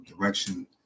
direction